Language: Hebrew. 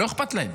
לא אכפת להם.